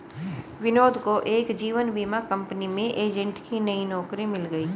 विनोद को एक जीवन बीमा कंपनी में एजेंट की नई नौकरी मिल गयी